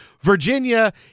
Virginia